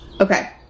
okay